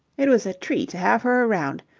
it was a treat to have her around.